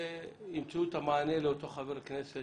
ימצאו את המענה לאותו חבר כנסת